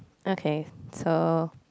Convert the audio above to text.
okay so